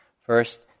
first